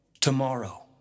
Tomorrow